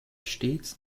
stets